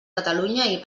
catalunya